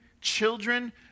children